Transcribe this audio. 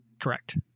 Correct